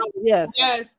yes